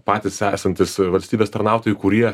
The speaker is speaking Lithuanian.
patys esantys valstybės tarnautojai kurie